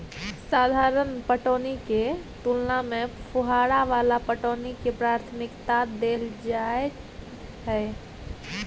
साधारण पटौनी के तुलना में फुहारा वाला पटौनी के प्राथमिकता दैल जाय हय